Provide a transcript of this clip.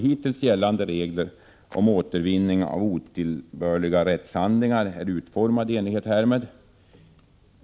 Hittills gällande regler om återvinning av otillbörliga rättshandlingar är utformade i enlighet härmed.